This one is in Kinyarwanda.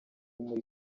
muri